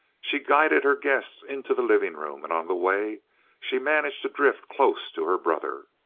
she guided her guests into the living room, and on the way she managed to drift close to her brother.